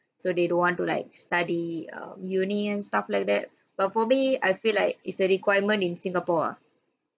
so they don't want to like study um uni and stuff like that but for me I feel like it's a requirement in singapore ah